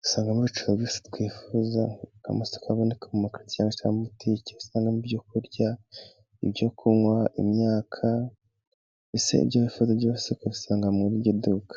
dusangamo ibintu byose twifuzama kabonekamoka cya mutiki usangamo; ibyo kurya, ibyo kunywa, imyaka ese ibyo wifuza byose ukabisanga muri iryo duka.